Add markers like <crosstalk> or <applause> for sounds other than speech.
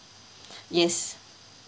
<breath> yes